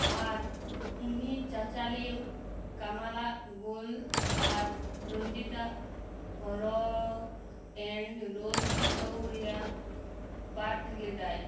ᱟᱨ ᱩᱱᱤ ᱪᱟᱪᱞᱟᱣᱤᱡ ᱠᱟᱢᱟᱞᱟᱜ ᱜᱳᱞ ᱟᱨ ᱨᱚᱧᱡᱤᱛᱟᱜ ᱨᱚᱠ ᱮᱱᱰ ᱨᱳᱞ ᱪᱤᱛᱟᱹᱨ ᱨᱮᱭᱟᱜ ᱯᱟᱴᱷ ᱞᱮᱫᱟᱭ